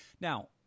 Now